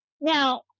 Now